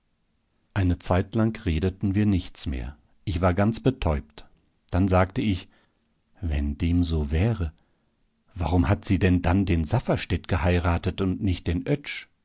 eine zeitlang redeten wir nichts mehr ich war ganz betäubt dann sagte ich wenn dem so wäre warum hat sie denn dann den safferstätt geheiratet und nicht den